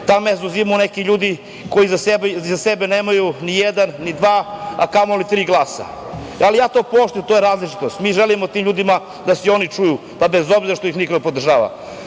ta mesta zauzimaju neki ljudi, koji iza sebe nemaju ni jedan, ni dva, a kamoli tri glasa. Ja to poštujem, to je različitost. Mi želimo tim ljudima da se i oni čuju, bez obzira što ih niko ne